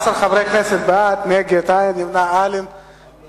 14 חברי כנסת בעד, נגד, אין, נמנעים, אין.